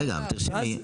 רגע, תרשמי.